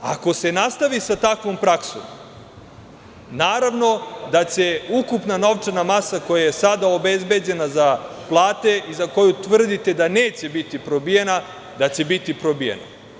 Ako se nastavi sa takvom praksom, naravno da će ukupna novčana masa koja je sada obezbeđena za plate i za koju tvrdite da neće biti probijena, da će biti probijena.